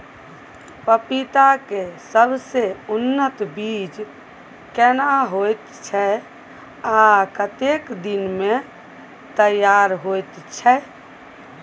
पपीता के सबसे उन्नत बीज केना होयत छै, आ कतेक दिन में तैयार होयत छै?